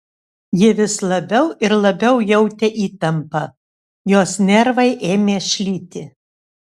ji vis labiau ir labiau jautė įtampą jos nervai ėmė šlyti